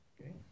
Okay